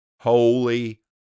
Holy